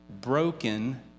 broken